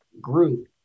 group